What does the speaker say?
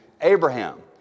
Abraham